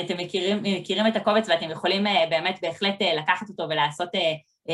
אתם מכירים את הקובץ ואתם יכולים באמת בהחלט לקחת אותו ולעשות